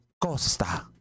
Costa